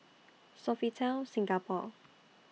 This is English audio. Sofitel Singapore